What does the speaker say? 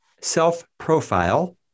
self-profile